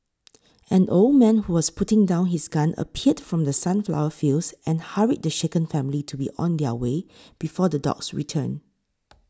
an old man who was putting down his gun appeared from the sunflower fields and hurried the shaken family to be on their way before the dogs return